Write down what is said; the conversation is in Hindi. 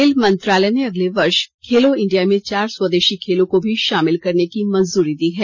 खेल मंत्रालय ने अगले वर्ष खेलो इंडिया में चार स्वदेशी खेलों को भी शामिल करने की मंजूरी दी है